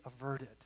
averted